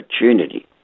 opportunity